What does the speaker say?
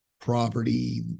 property